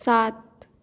सात